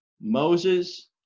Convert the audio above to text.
Moses